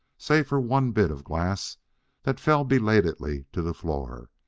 save for one bit of glass that fell belatedly to the floor,